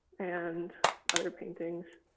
and other paintings,